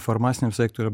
farmaciniam sektoriuj